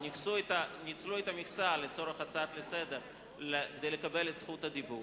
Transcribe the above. או ניצלו את המכסה לצורך הצעה לסדר-היום כדי לקבל את רשות הדיבור,